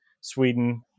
Sweden